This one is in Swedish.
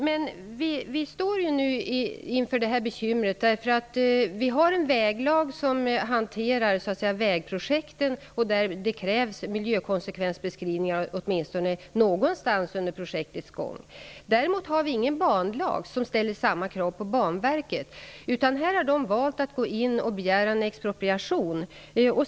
Men vi står nu inför det bekymret att vi har en väglag vilken behandlar vägprojekten och enligt vilken det åtminstone någonstans under projektets gång krävs miljökonsekvensbeskrivningar medan vi däremot inte har någon banlag som ställer samma krav på Banverket, utan det har valt att gå in och begära en expropriation.